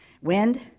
wind